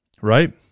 right